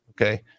Okay